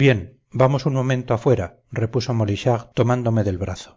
bien vamos un momento afuera repuso molichard tomándome del brazo